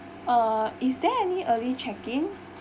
uh is there any early check-in